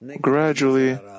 gradually